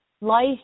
life